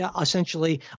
essentially